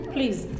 Please